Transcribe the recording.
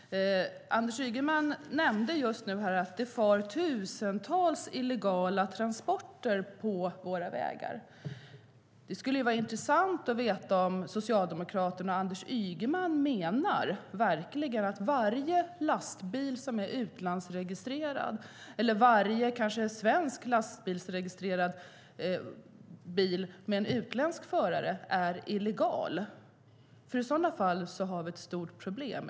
Anders Ygeman nämnde just att det far tusentals illegala transporter på våra vägar. Det skulle vara intressant att veta om Socialdemokraterna och Anders Ygeman verkligen menar att varje lastbil som är utlandsregistrerad, eller kanske varje svenskregistrerad lastbil med en utländsk förare, är illegal. I sådana fall har vi ett stort problem.